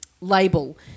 label